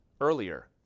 earlier